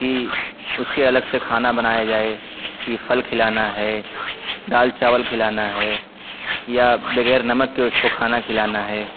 کہ اس کے الگ سے کھانا بنایا جائے کہ پھل کھلانا ہے دال چاول کھلانا ہے یا بغیر نمک کے اس کو کھانا کھلانا ہے